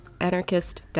anarchist